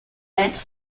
met